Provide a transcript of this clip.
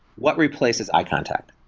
what replaces eye contact?